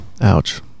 Ouch